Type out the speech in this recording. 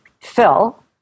Phil